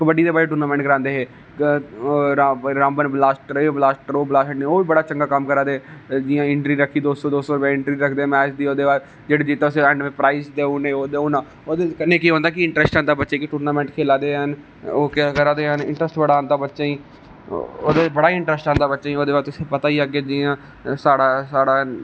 कबड्डी दी बड़ी टूर्नामेंट करबांदे है रामबन ब्लास्ट एह् ब्लास्ट ओह् ब्लास्ट ओह् बी बड़ा चंगा कम्म करा दे है जि'यां इंट्री रक्खी दो सौ दो सौ रुपया इंट्री रखदे मैच दी ओहदे बाद जेहड़ा जितदा उसी प्राइज देई ओड़ने ओहदे कन्नै केह् होंदा कि इंटरेस्ट आंदा बच्चे गी टूर्नामेंट खेला दा ना ओह् केह् करा दे ना इंटरेस्ट बडा आंदा बच्चे गी ओहदा बड़ा गै इंटरेस्ट आंदा बच्चे गी ओहदे बाद तुसे गी पता गै है अग्गे कियां साडा